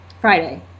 Friday